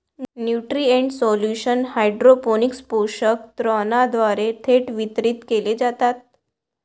nutrient solution hydroponics पोषक द्रावणाद्वारे थेट वितरित केले जातात